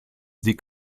sie